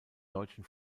deutschen